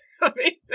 amazing